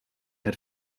had